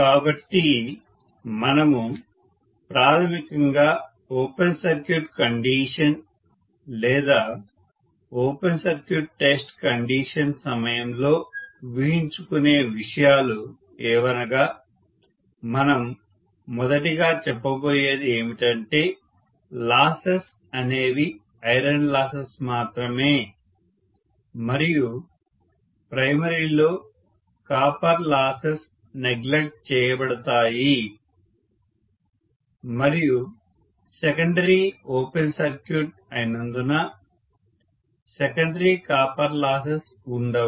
కాబట్టి మనము ప్రాథమికంగా ఓపెన్ సర్క్యూట్ కండీషన్ లేదా ఓపెన్ సర్క్యూట్ టెస్ట్ కండిషన్ సమయంలో ఊహించుకునే విషయాలు ఏవనగా మనం మొదటిగా చెప్పబోయేది ఏమిటంటే లాసెస్ అనేవి ఐరన్ లాసెస్ మాత్రమే మరియు ప్రైమరీలో కాపర్ లాసెస్ నెగ్లెక్ట్ చేయబడతాయి మరియు సెకండరీ ఓపెన్ సర్క్యూట్ అయినందున సెకండరీ కాపర్ లాసెస్ ఉండవు